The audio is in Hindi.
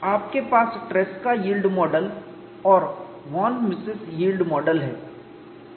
आपके पास ट्रेस्का यील्ड मॉडल और वॉन मिसेस यील्ड मॉडल है